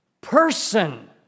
person